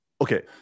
okay